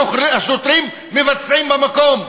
השוטרים מבצעים במקום.